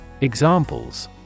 Examples